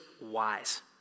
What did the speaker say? wise